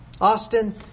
Austin